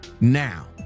now